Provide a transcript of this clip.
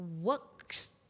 works